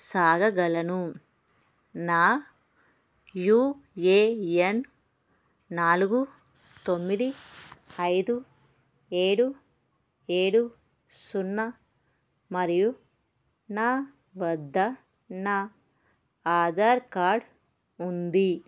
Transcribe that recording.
సాగగలను నా U A N నాలుగు తొమ్మిది ఐదు ఏడు ఏడు సున్నా మరియు నా వద్ద నా ఆధార్ కార్డ్ ఉంది